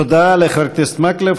תודה לחבר הכנסת מקלב.